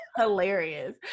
hilarious